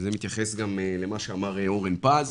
וזה גם מתייחס למה שאמר אורן פז,